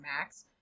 max